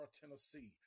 Tennessee